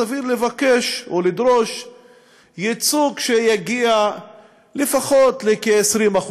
סביר לבקש או לדרוש ייצוג שיגיע לפחות ל-20%,